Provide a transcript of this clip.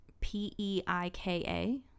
p-e-i-k-a